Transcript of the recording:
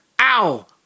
Ow